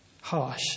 Harsh